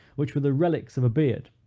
which were the relics of a beard,